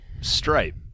stripe